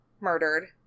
murdered